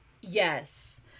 Yes